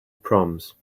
proms